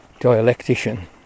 dialectician